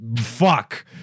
fuck